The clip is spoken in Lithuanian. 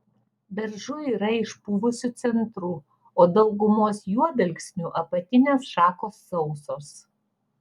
beržų yra išpuvusiu centru o daugumos juodalksnių apatinės šakos sausos